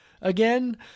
again